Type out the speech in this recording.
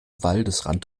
waldesrand